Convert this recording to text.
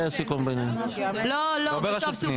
כי זה היה הסיכום --- לא בראשות פנינה.